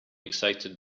excited